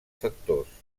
factors